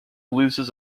loses